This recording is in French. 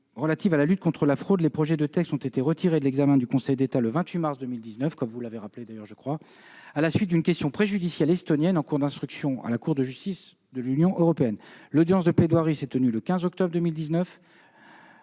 relative à la lutte contre la fraude, les projets de textes ont été retirés de l'examen du Conseil d'État le 28 mars 2019 à la suite d'une question préjudicielle estonienne en cours d'instruction à la Cour de justice de l'Union européenne. L'audience de plaidoiries s'est tenue le 15 octobre 2019.